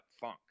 funk